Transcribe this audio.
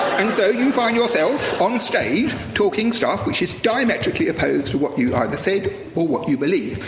and so you find yourself on stage talking stuff which is diametrically opposed to what you either said or what you believe.